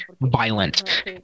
violent